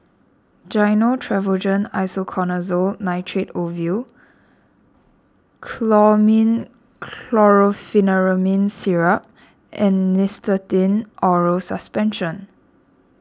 Gyno Travogen Isoconazole Nitrate Ovule Chlormine Chlorpheniramine Syrup and Nystatin Oral Suspension